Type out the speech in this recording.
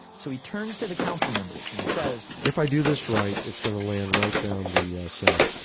so he turns to the council members and says, if i do this right, it's going to land right down the yeah ah center.